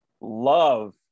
love